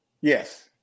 Yes